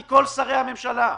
כל שרי הממשלה,